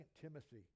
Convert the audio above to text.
Timothy